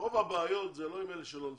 רוב הבעיות זה עם אלה שלא נשואים,